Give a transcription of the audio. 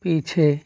पीछे